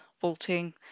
vaulting